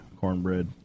cornbread